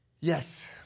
yes